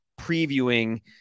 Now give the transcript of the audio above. previewing